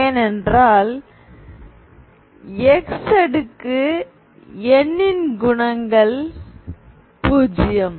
ஏனென்றால் x அடுக்கு n ன் குணங்கள் 0